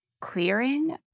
clearing